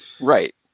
Right